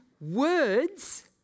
words